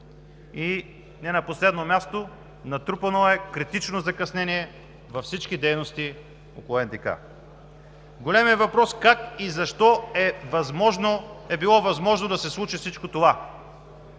И не на последно място, натрупано е критично закъснение във всички дейности около НДК. Големият въпрос: как и защо е било възможно да се случи всичко това?